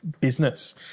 business